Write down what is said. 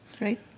Right